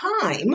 time